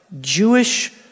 Jewish